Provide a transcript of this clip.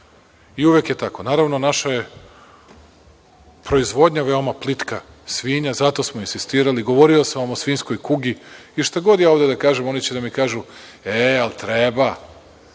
I uvek je tako. Naravno, naša je proizvodnja veoma plitka svinja, zato smo insistirali. Govorio sam vam o svinjskoj kugi i šta god ja ovde da kažem, oni će da mi kažu – e, ali treba.